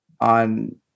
on